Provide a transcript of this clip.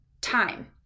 time